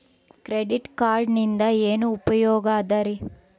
Credit ಕಾರ್ಡಿನಿಂದ ಏನು ಉಪಯೋಗದರಿ?